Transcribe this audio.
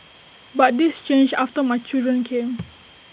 but this changed after my children came